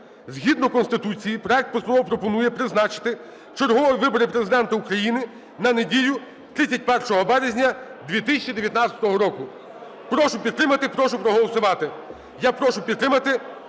згідно Конституції, проект постанови пропонує призначити чергові вибори Президента України на неділю 31 березня 2019 року. Прошу підтримати. Прошу проголосувати.